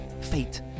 fate